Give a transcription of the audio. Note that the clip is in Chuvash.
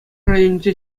районӗнче